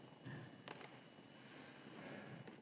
Hvala.